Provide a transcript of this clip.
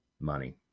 money